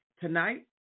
tonight